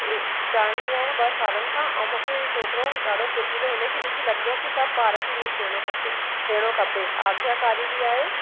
ए जानदी आहियां ॿ सालनि खां ऐं मूंखे ईअ छोकिरो ॾाढो फुर्तीलो हुनखे हुनखे ॾिसी लॻंदो आहे की सभु ॿार खे ईअं थियणो खपे थियणो खपे आज्ञाकारी बि आहे स्कूल में बि